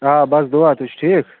آ بَس دعا تُہۍ چھُو ٹھیٖک